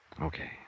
Okay